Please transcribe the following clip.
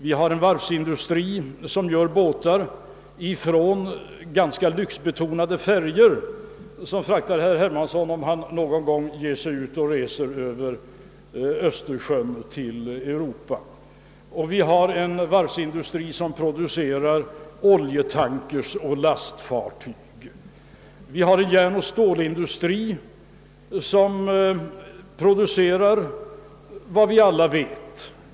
Vi har en varvsindustri som gör båtar från ganska lyxbetonade färjor — som fraktar herr Hermansson, om han någon gång reser över Östersjön till Europas kontinent — till oljetankers och lastfartyg. Vi har en järnoch stålindustri, vars produkter vi alla känner till.